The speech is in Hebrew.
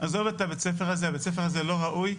"..עזוב את הבית ספר הזה, הבית ספר הזה לא ראוי.